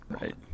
right